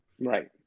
Right